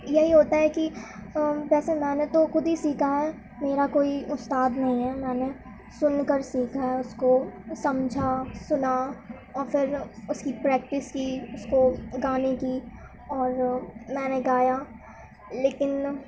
یہی ہوتا ہے کہ ویسے میں نے تو خود ہی سیکھا ہے میرا کوئی استاد نہیں ہے میں نے سن کر سیکھا ہے اس کو سمجھا سنا اور پھر اس کی پریکٹس کی اس کو گانے کی اور میں نے گایا لیکن